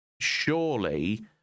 surely